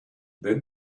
then